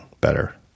better